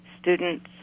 students